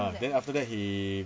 ah then after that he